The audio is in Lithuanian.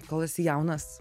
kol esi jaunas